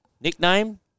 Nickname